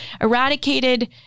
eradicated